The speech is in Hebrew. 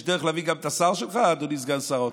יש דרך להביא גם את השר שלך, אדוני סגן שר האוצר?